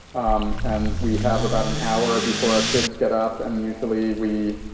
um and we have about an hour before our kids get up. and usually, we